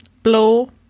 Blow